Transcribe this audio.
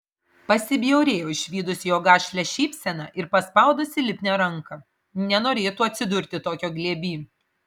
pasibjaurėjo išvydusi jo gašlią šypseną ir paspaudusi lipnią ranką nenorėtų atsidurti tokio glėby